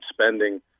spending